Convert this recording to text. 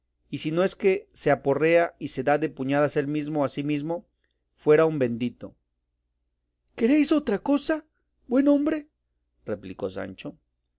y si no es que se aporrea y se da de puñadas él mesmo a sí mesmo fuera un bendito queréis otra cosa buen hombre replicó sancho